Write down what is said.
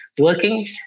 working